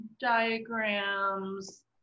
diagrams